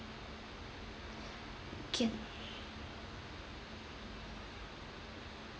okay